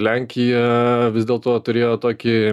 lenkija vis dėl to turėjo tokį